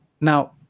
Now